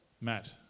Matt